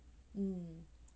mm